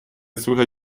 słychać